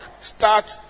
start